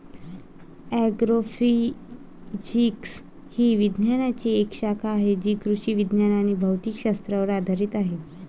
agrophysics ही विज्ञानाची एक शाखा आहे जी कृषी विज्ञान आणि भौतिक शास्त्रावर आधारित आहे